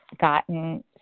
gotten